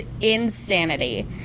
insanity